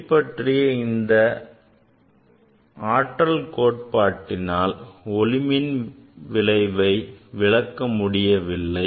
ஒளி பற்றிய இந்த ஆற்றல் கோட்பாட்டினால் ஒளிமின் விளைவை விளக்க முடியவில்லை